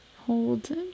hold